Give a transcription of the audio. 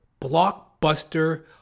blockbuster